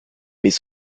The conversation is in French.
mais